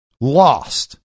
lost